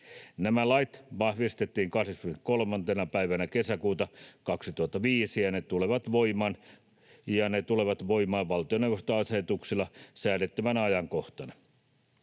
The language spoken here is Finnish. Nämä lait vahvistettiin 23.6.2005, ja ne tulevat voimaan valtioneuvoston asetuksella säädettävänä ajankohtana.